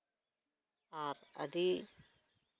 ᱟᱨ ᱟᱹᱰᱤ